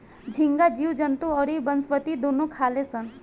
झींगा जीव जंतु अउरी वनस्पति दुनू खाले सन